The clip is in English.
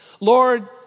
Lord